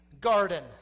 garden